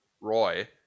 Roy